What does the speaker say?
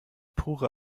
pure